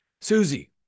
Susie